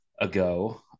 ago